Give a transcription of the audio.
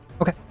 Okay